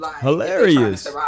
Hilarious